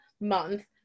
Month